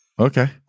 Okay